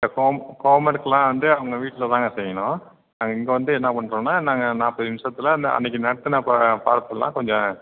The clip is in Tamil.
இப்போ ஹோம் ஹோம் ஒர்க்குலாம் வந்து அவங்க வீட்டில் தான்ங்க செய்யணும் நாங்கள் இங்கே வந்து என்ன பண்றோம்னா நாங்கள் நாற்பது நிமிஷத்தில் அந்த அன்னைக்கி நடத்தின பாடத்தைலாம் கொஞ்சம்